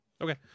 okay